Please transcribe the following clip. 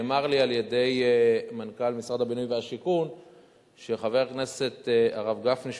נאמר לי על-ידי מנכ"ל משרד הבינוי והשיכון שחבר הכנסת הרב גפני,